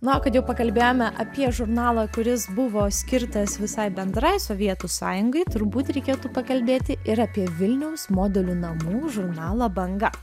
na o kad jau pakalbėjome apie žurnalą kuris buvo skirtas visai bendrai sovietų sąjungai turbūt reikėtų pakalbėti ir apie vilniaus modelių namų žurnalą banga